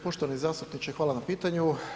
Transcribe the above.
Poštovani zastupniče hvala na pitanju.